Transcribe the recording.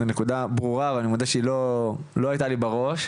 הנקודה ברורה אבל אני מודה שהיא לא הייתה לי בראש.